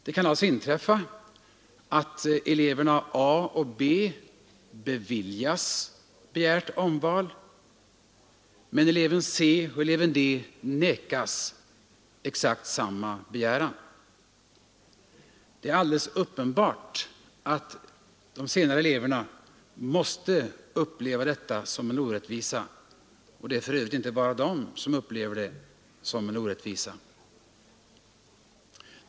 Det kan alltså inträffa att eleverna A och B beviljas begärt omval medan eleverna C och D får avslag på exakt samma begäran. Det är alldeles uppenbart att de senare eleverna måste uppleva detta som en orättvisa, och det är för övrigt inte bara de som upplever det så.